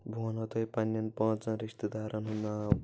بہٕ ونہو تۄہہِ پننٮ۪ن پانٛژن رشتہٕ دارن ہُنٛد ناو